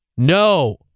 No